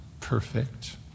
perfect